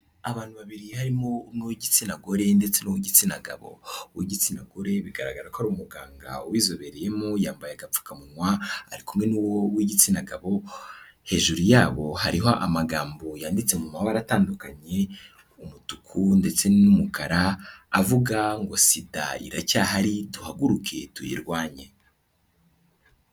Abantu babiri harimo, umwe w'igitsina gore ndetse n'uw'igitsina gabo. Uw'igitsina gore, bigaragara ko ari umuganga, ubizobereyemo, yambaye agapfupamunwa, ari kumwe n'uw'igitsina gabo, hejuru yabo hariho amagambo yanditse mu mabara atandukanye: mutuku ndetse n'umukara, avuga ngo:" Sida iracyahari, duhaguruke tuyirwanye".